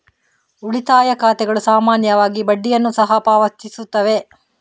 ಉಳಿತಾಯ ಖಾತೆಗಳು ಸಾಮಾನ್ಯವಾಗಿ ಬಡ್ಡಿಯನ್ನು ಸಹ ಪಾವತಿಸುತ್ತವೆ